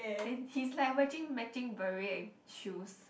and he's like watching matching beret and shoes